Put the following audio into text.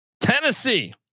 Tennessee